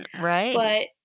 Right